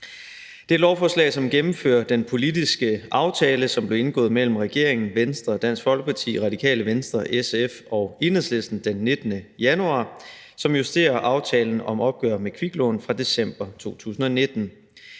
Det er et lovforslag, som gennemfører den politiske aftale, som blev indgået mellem regeringen, Venstre, Dansk Folkeparti, Radikale Venstre, SF og Enhedslisten den 19. januar, og som justerer aftalen om et opgør med kviklån fra december 2019.